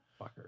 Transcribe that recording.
fucker